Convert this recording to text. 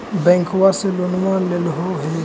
बैंकवा से लोनवा लेलहो हे?